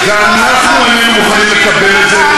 ואנחנו איננו מוכנים לקבל את זה,